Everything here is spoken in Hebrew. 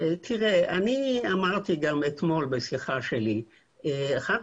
אני אמרתי גם אתמול בשיחה שלי שלדעתי אחד